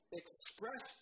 express